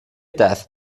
دست